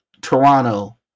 Toronto